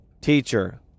teacher